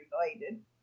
related